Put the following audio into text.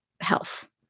health